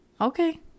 Okay